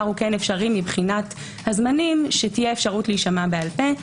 אפשרי מבחינת הזמנים שתהיה אפשרות להישמע בעל פה.